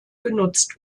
genutzt